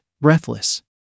breathless